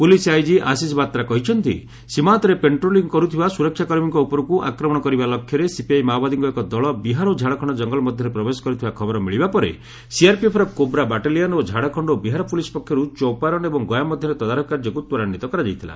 police IG Ashish Batra କହିଛନ୍ତି ସୀମାନ୍ତରେ patrolling କରୁଥିବା ସୁରକ୍ଷାକର୍ମୀଙ୍କ ଉପରକୁ ଆକ୍ରମଣ କରିବା ଲକ୍ଷ୍ୟରେ ସିପିଆଇ ମାଓବାଦୀଙ୍କ ଏକ ଦଳ ବିହାର ଓ ଝାଡ଼ଖଣ୍ଡ କଙ୍ଗଲ ମଧ୍ୟରେ ପ୍ରବେଶ କରିଥିବା ଖବର ମିଳିବା ପରେ ସିଆର୍ପିଏଫ୍ର କୋବ୍ରା ବାଟାଲିୟନ୍ ଏବଂ ଝାଡ଼ଖଣ୍ଡ ଓ ବିହାର ପୋଲିସ୍ ପକ୍ଷରୁ ଚୌପାରନ୍ ଏବଂ ଗୟା ମଧ୍ୟରେ ତଦାରଖ କାର୍ଯ୍ୟକୁ ତ୍ୱରାନ୍ୱିତ କରାଯାଇଥିଲା